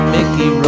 Mickey